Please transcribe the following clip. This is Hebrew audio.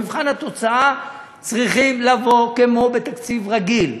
במבחן התוצאה צריכים לבוא, כמו בתקציב רגיל,